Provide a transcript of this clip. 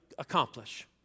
accomplish